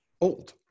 old